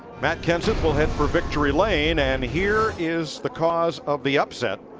matt kenseth will head for victory lane and here is the cause of the upset.